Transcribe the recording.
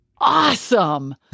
awesome